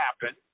happen